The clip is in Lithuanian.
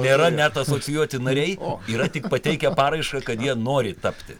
nėra net asocijuoti nariai o yra tik pateikę paraišką kad jie nori tapti